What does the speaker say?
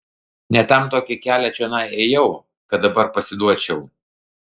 ne tam tokį kelią čionai ėjau kad dabar pasiduočiau